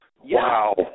Wow